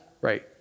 Right